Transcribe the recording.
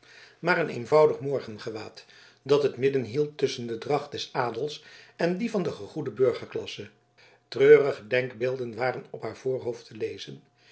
maar een eenvoudig morgengewaad dat het midden hield tusschen de dracht des adels en die van de gegoede burgerklasse treurige denkbeelden waren op haar voorhoofd te lezen